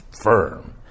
firm